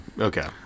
Okay